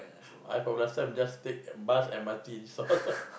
I from last time just take bus M_R_T this all